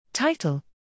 Title